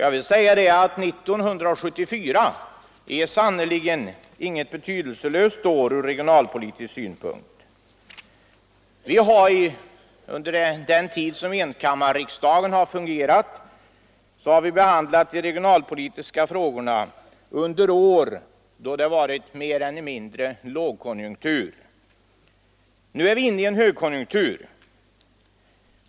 1974 är sannerligen inget betydelselöst år ur regionalpolitisk synpunkt. Vi har under den tid som enkammarriksdagen har fungerat behandlat de regionalpolitiska frågorna under en period då det rått mer eller mindre lågkonjunktur. Nu är vi inne i en högkonjunktur.